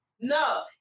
no